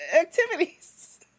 activities